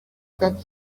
that